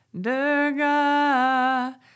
Durga